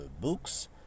books